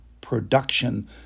production